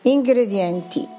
Ingredienti